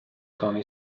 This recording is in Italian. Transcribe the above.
tony